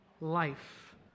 life